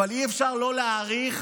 אבל אי-אפשר שלא להעריך